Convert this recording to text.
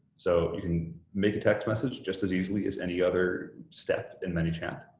so you can make a text message just as easily as any other step in manychat.